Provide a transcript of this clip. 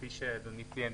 כפי שאדוני ציין,